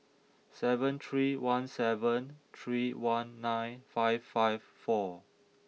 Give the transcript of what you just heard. seven three one seven three one nine five five four